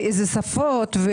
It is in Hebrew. באילו שפות,